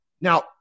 Now